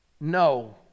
No